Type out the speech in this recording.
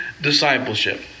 discipleship